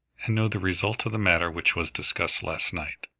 and know the result of the matter which was discussed last night.